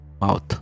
mouth